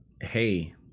hey